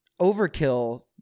overkill